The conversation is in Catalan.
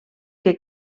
que